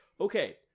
Okay